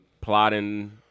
plotting